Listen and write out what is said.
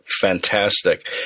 fantastic